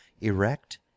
erect